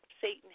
Satan